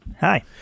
Hi